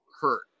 hurt